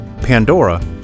Pandora